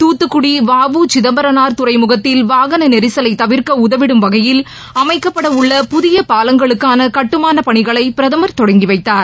துத்துக்குடி வ உ சிதம்பரனாா் துறைமுகத்தில் வாகன நெரிசலை தவிர்க்க உதவிடும் வகையில் அமைக்கப்பட உள்ள புதிய பாலங்களுக்கான கட்டுமான பணிகளை பிரதமர் தொடங்கிவைத்தார்